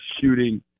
shooting